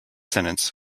sentence